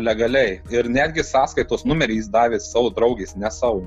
legaliai ir netgi sąskaitos numerį jis davė savo draugės ne savo